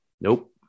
Nope